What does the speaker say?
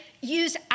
use